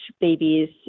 babies